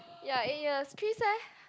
ya it a kiss eh